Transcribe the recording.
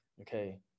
okay